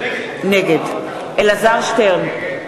נגד אלעזר שטרן,